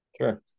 Sure